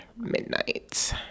midnight